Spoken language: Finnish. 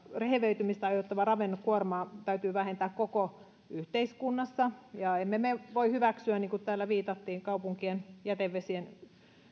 rehevöitymistä aiheuttavaa ravinnekuormaa täytyy vähentää koko yhteiskunnassa emme me voi hyväksyä niin kuin täällä viitattiin kaupunkien jätevesien